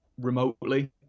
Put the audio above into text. remotely